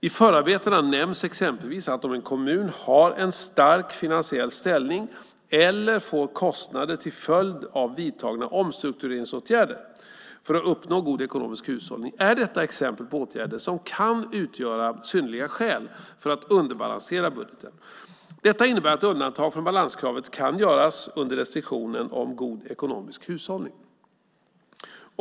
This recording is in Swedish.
I förarbetena nämns exempelvis att om en kommun har en stark finansiell ställning eller får kostnader till följd av vidtagna omstruktureringsåtgärder för att uppnå god ekonomisk hushållning är detta exempel på åtgärder som kan utgöra synnerliga skäl för att underbalansera budgeten. Detta innebär att undantag från balanskravet kan göras under restriktionen om god ekonomisk hushållning.